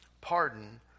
pardon